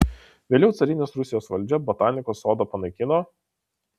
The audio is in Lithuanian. vėliau carinės rusijos valdžia botanikos sodą panaikino